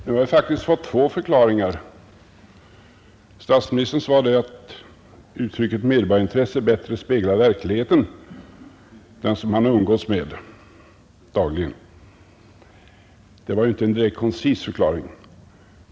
Herr talman! Nu har vi faktiskt fått två förklaringar. Statsministerns svar är att uttrycket medborgarintresse bättre speglar verkligheten, den som han umgås med dagligen. Det var ju inte direkt en koncis förklaring.